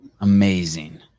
Amazing